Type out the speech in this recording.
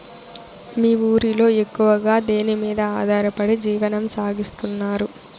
మీ ఊరిలో ఎక్కువగా దేనిమీద ఆధారపడి జీవనం సాగిస్తున్నారు?